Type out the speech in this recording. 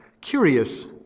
curious